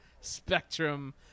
spectrum